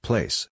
Place